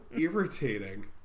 irritating